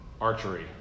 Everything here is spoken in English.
archery